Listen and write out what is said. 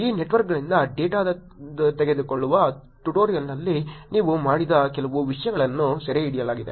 ಈ ನೆಟ್ವರ್ಕ್ಗಳಿಂದ ಡೇಟಾವನ್ನು ತೆಗೆದುಕೊಳ್ಳುವ ಟ್ಯುಟೋರಿಯಲ್ಗಳಲ್ಲಿ ನೀವು ಮಾಡಿದ ಕೆಲವು ವಿಷಯಗಳನ್ನು ಸೆರೆಹಿಡಿಯಲಿದೆ